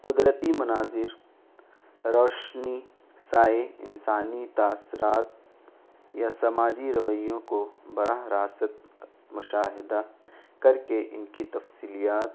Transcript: قدرتی مناظر روشنی سائے انسانی تاثرات یا سماجی رویوں کو براہ راست مشاہدہ کر کے ان کی تفصیلات